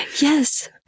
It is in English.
yes